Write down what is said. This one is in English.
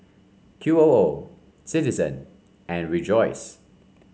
Q O O Citizen and Rejoice